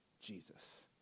Jesus